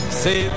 say